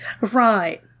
right